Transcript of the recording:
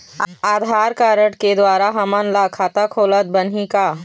आधार card के द्वारा हमन ला खाता खोलत बनही का?